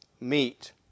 meet